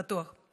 פתוח.